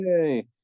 Hey